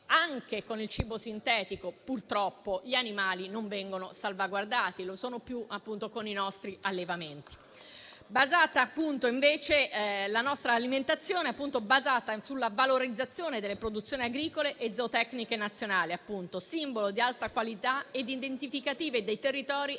anche con il cibo sintetico, purtroppo, gli animali non vengono salvaguardati; lo sono di più con i nostri allevamenti. La nostra alimentazione è basata invece sulla valorizzazione delle produzioni agricole e zootecniche nazionali, simbolo di alta qualità e identificative dei territori